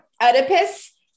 Oedipus